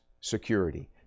security